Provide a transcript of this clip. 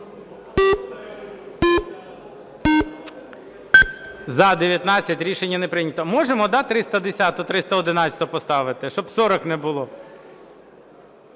За-19 Рішення не прийнято. Можемо, так, 310-у, 311-у поставити? Щоб 40 не було.